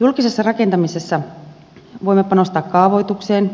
julkisessa rakentamisessa voimme panostaa kaavoitukseen